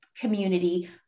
community